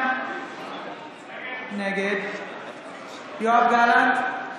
נגד יואב גלנט,